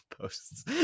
posts